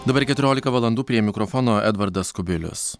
dabar keturiolika valandų prie mikrofono edvardas kubilius